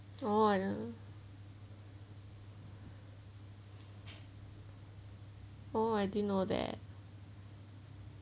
oh oh I didn't know that